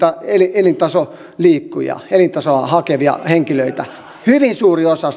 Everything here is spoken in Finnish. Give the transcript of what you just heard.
elintasoliikkujia elintasoa hakevia henkilöitä hyvin suuri osa